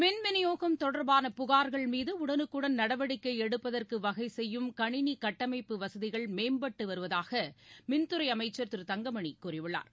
மின்விநியோகம் தொடர்பான புகார்கள் மீதுடடனுக்குடள் நடவடிக்கைஎடுப்பதற்குவகைசெய்யும் கணினிகட்டமைப்பு வசதிகள் மேம்படுத்தப்பட்டுவருவதாகமின்துறைஅமைச்சர் திரு தங்கமணிகூறியுள்ளார்